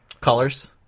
Colors